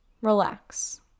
relax